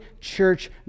church